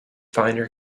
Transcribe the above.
finer